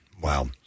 wow